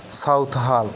south hall